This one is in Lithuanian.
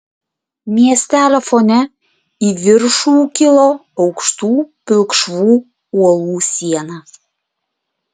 miestelio fone į viršų kilo aukštų pilkšvų uolų siena